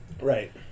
Right